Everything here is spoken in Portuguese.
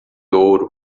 ouro